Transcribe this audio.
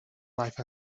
life